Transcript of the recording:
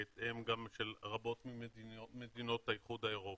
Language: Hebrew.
בהתאם למדיניות של מדינות האיחוד האירופי,